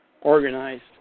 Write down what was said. organized